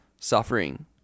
suffering